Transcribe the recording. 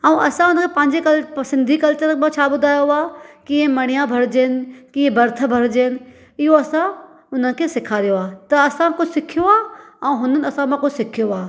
अऊं असां हुन खे पंहिंजे कल सिंधी कल्चर मां छा ॿुधायो आहे कीअं मणियां भरजनि कीअं बर्थ भरजनि इहो असां उन खे सेखारियो आहे त असां कुझु सिखियो आहे ऐं हुननि मां कुझु सिखियो आहे